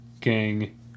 gang